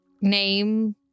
name